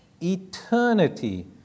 eternity